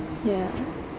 yeah